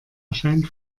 erscheint